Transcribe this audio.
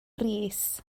rees